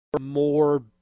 More